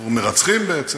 ושחרור מרצחים, בעצם,